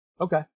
Okay